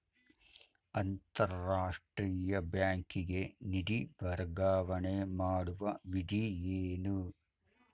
ಅಂತಾರಾಷ್ಟ್ರೀಯ ಬ್ಯಾಂಕಿಗೆ ನಿಧಿ ವರ್ಗಾವಣೆ ಮಾಡುವ ವಿಧಿ ಏನು?